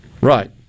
Right